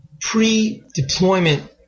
pre-deployment